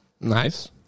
Nice